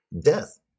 death